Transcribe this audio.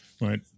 Right